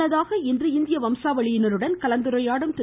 முன்னதாக இன்று இந்திய வம்சாவளியினருடன கலந்துரையாடும் திரு